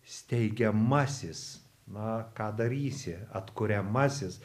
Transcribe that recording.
steigiamasis na ką darysi atkuriamasis